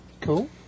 Cool